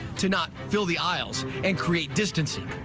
to not fill the aisles and create distancing.